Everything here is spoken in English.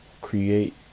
create